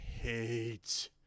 hate